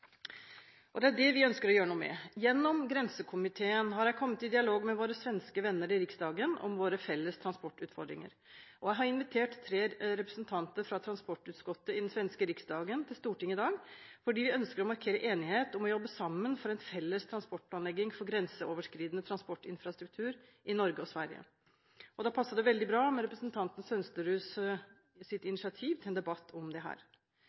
Og det er dette vi ønsker å gjøre noe med. Gjennom Grensekomiteen har jeg kommet i dialog med våre svenske venner i Riksdagen om våre felles transportutfordringer. Jeg har invitert tre representanter fra transportutskottet i den svenske Riksdagen til Stortinget i dag, fordi vi ønsker å markere enighet om å jobbe sammen for en felles transportplanlegging for grenseoverskridende transportinfrastruktur i Norge og Sverige. Da passet det veldig bra med representanten Sønsteruds initiativ til en debatt om